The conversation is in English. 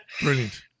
Brilliant